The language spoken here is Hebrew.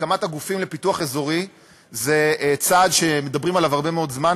הקמת הגופים לפיתוח אזורי היא צעד שמדברים עליו הרבה מאוד זמן,